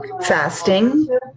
Fasting